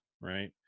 right